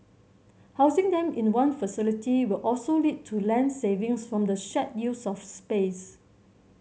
housing them in one facility will also lead to land savings from the shared use of space